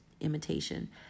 imitation